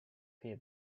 fear